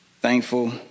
thankful